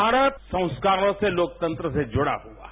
भारत संस्कारों से लोकतंत्रों से जुझा हुआ है